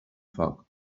foc